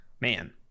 Man